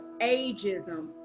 ageism